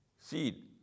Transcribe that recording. seed